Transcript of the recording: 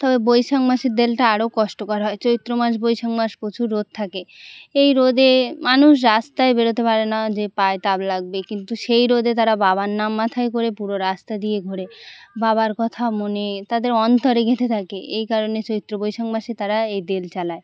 তবে বৈশাখ মাসের দেলটা আরও কষ্টকর হয় চৈত্র মাস বৈশাখ মাস প্রচুর রোদ থাকে এই রোদে মানুষ রাস্তায় বেরোতে পারে না যে পায়ে তাপ লাগবে কিন্তু সেই রোদে তারা বাবার নাম মাথায় করে পুরো রাস্তা দিয়ে ঘোরে বাবার কথা মনে তাদের অন্তরেে গেঁথে থাকে এই কারণে চৈত্র বৈশাখ মাসে তারা এই দেল চালায়